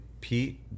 Pete